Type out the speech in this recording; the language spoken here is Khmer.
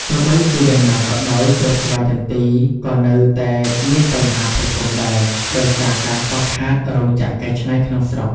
ទោះបីជាយ៉ាងណាក៏ដោយ គ្រាប់ស្វាយចន្ទីក៏នៅតែមានបញ្ហាប្រឈមដែរ ដោយសារការខ្វះខាតរោងចក្រកែច្នៃក្នុងស្រុក។